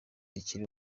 ikiri